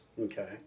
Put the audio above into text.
Okay